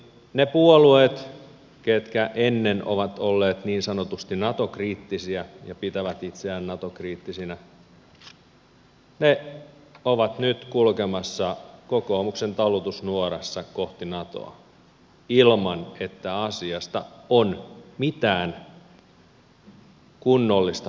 ne puolueet jotka ennen ovat olleet niin sanotusti nato kriittisiä ja jotka pitävät itseään nato kriittisinä ovat nyt kulkemassa kokoomuksen talutusnuorassa kohti natoa ilman että asiasta on mitään kunnollista faktaa